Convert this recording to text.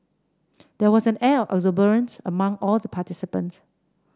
there was an air of exuberance among all the participants